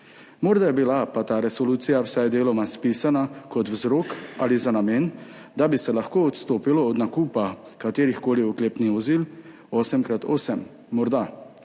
Morda je bila pa ta resolucija vsaj deloma spisana kot vzrok ali za namen, da bi se lahko odstopilo od nakupa katerihkoli oklepnih vozil 8X8, morda.